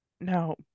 now